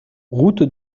route